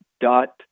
dot